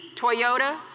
Toyota